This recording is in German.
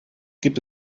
gibt